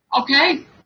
Okay